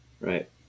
Right